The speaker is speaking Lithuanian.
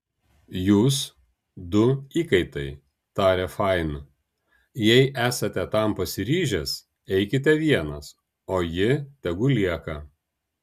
jūs du įkaitai tarė fain jei esate tam pasiryžęs eikite vienas o ji tegu lieka